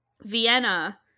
vienna